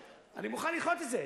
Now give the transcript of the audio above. אני מוכן לדחות את זה.